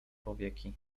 powieki